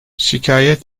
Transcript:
şikayet